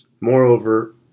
Moreover